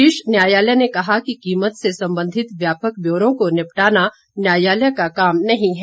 शीर्ष न्यायालय ने कहा कि कीमत से संबंधित व्यापक ब्यौरों को निपटाना न्यायालय का काम नहीं है